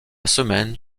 semaine